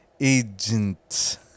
Agent